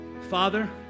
Father